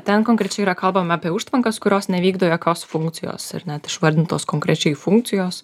ten konkrečiai yra kalbame apie užtvankas kurios nevykdo jokios funkcijos ar ne tai išvardintos konkrečiai funkcijos